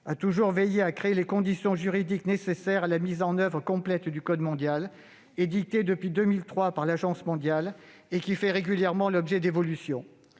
a toujours veillé à créer les conditions juridiques nécessaires à la mise en oeuvre complète du code mondial antidopage, édicté depuis 2003 par l'Agence mondiale antidopage et qui fait régulièrement l'objet d'évolutions.